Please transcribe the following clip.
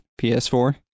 ps4